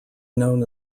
known